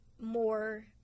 more